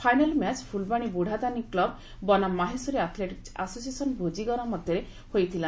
final match Phulbasi Budhadani club ବନାମ Maheshwari athletic association Bhejigora ମଧ୍ୟରେ ହୋଇଥିଲା